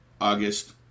august